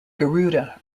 garuda